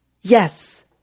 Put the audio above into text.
yes